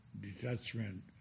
detachment